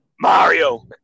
Mario